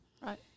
Right